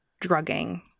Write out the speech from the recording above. drugging